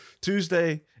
Tuesday